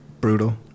brutal